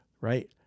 right